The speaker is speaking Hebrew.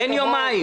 אין יומיים.